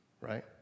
right